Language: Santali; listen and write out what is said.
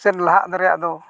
ᱪᱮᱫ ᱞᱟᱦᱟᱜ ᱨᱮᱭᱟᱜ ᱫᱚ